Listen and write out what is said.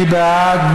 מי בעד?